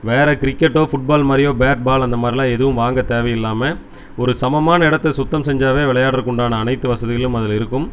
வேறு கிரிக்கெட்டோ ஃபுட்பால் மாதிரியோ பேட் பால் அந்த மாதிரிலாம் எதுவும் வாங்க தேவை இல்லாமல் ஒரு சமமான இடத்த சுத்தம் செஞ்சாவே விளையாடுறக்கு உண்டான அனைத்து வசதிகளும் அதில் இருக்கும்